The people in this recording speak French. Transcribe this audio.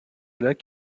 lac